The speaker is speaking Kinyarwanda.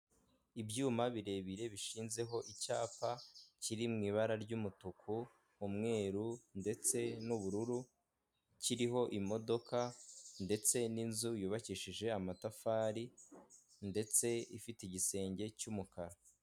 Ibyuma birebire bishinzeho icyapa kiri mu ibara ry'umutuku n'umweru ndetse n'ubururu kiriho imodoka ndetse n'inzu yubakishije amatafari ndetse ifite igisenge cy'umukara.